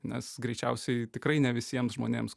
nes greičiausiai tikrai ne visiems žmonėms